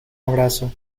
abrazo